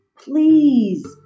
Please